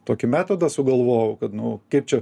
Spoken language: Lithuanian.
tokį metodą sugalvojau kad nu kaip čia